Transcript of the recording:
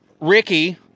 Ricky